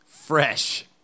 Fresh